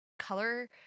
color